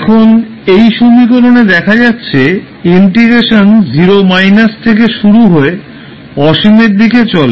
এখন এই সমীকরণে দেখা যাচ্ছে ইন্টিগ্রেশন 0 থেকে শুরু হয়ে অসীমের দিকে চলে